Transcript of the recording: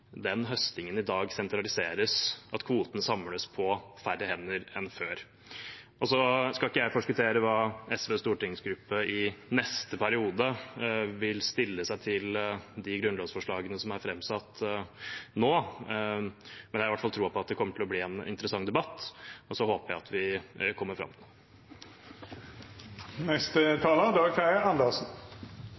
den høstingen i dag sentraliseres, at kvotene samles på færre hender enn før. Jeg skal ikke forskuttere hvordan SVs stortingsgruppe i neste periode vil stille seg til de grunnlovsforslagene som er framsatt nå, men jeg har i hvert fall troen på at det kommer til å bli en interessant debatt, og så håper jeg at vi kommer fram. Representanten Dag Terje Andersen